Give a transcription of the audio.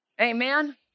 Amen